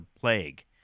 plague